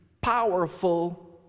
powerful